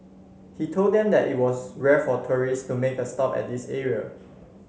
he told them that it was rare for tourist to make a stop at this area